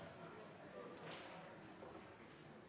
Jeg